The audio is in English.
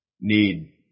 need